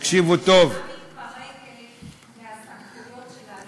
כשהממשלה מתפרקת מהסמכויות שלה,